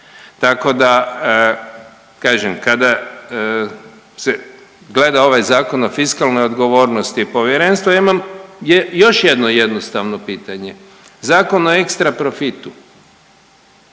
Tako da kažem, kada se gleda ovaj Zakon o fiskalnoj odgovornosti povjerenstva ja imam još jedno jednostavno pitanje Zakon o ekstra profitu.